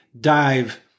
dive